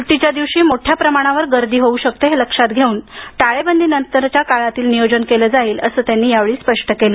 सुटीच्या दिवशी मोठ्या प्रमाणावर गर्दी होऊ शकते हे लक्षात घेऊन टाळेबंदी नंतरच्या काळातील नियोजन केलं जाईल असं त्यांनी स्पष्ट केलं